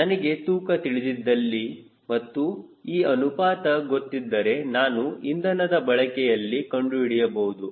ನನಗೆ ತೂಕ ತಿಳಿದಿದ್ದಲ್ಲಿ ಮತ್ತು ಈ ಅನುಪಾತ ಗೊತ್ತಿದ್ದರೆ ನಾನು ಇಂಧನದ ಬಳಕೆಯಲ್ಲಿ ಕಂಡುಹಿಡಿಯಬಹುದು